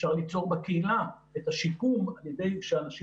אפשר ליצור בקהילה את השיקום על ידי זה שהאנשים